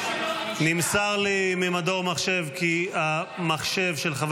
נמסר לי ממדור מחשב כי המחשב של חבר